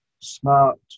smart